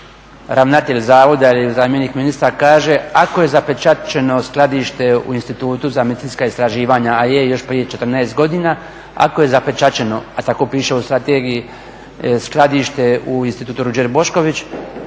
ravnatelj zavoda ili zamjenik ministra kaže ako je zapečaćeno skladište u Institutu za medicinska istraživanja, a je još prije 14 godina, ako je zapečaćeno, a tako piše u strategiji skladište u Institutu Ruđer Bošković